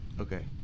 Okay